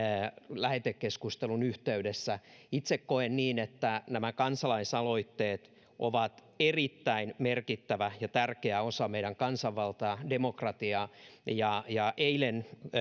lähetekeskustelun yhteydessä itse koen että nämä kansalaisaloitteet ovat erittäin merkittävä ja tärkeä osa meidän kansanvaltaa demokratiaa ja ja eilen